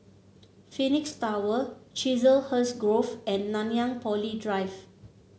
Phoenix Tower Chiselhurst Grove and Nanyang Poly Drive